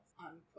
unquote